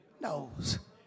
knows